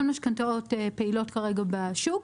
משכנתאות פעילות כרגע בשוק,